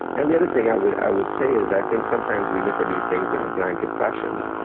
and the other thing i would i would say is i think sometimes we look at these things in a blanket fashion.